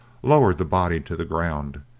lowered the body to the ground,